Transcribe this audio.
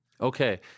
Okay